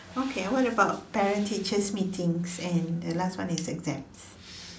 okay what about parent teachers meetings and the last one is exams